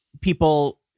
people